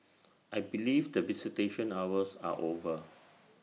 I believe that visitation hours are over